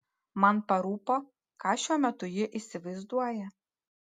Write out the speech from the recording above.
man parūpo ką šiuo metu ji įsivaizduoja